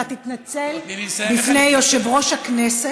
אתה תתנצל, תני לי לסיים, בפני יושב-ראש הכנסת